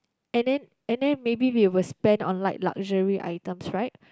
and then and then maybe we will spend on like luxury items right